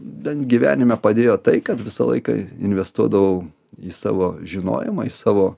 bent gyvenime padėjo tai kad visą laiką investuodavau į savo žinojimą į savo